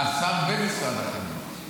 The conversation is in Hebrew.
אה, שר במשרד החינוך.